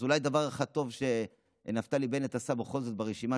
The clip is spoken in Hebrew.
אז אולי דבר אחד טוב שנפתלי בנט עשה בכל זאת ברשימה